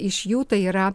iš jų tai yra